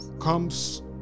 comes